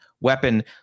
weapon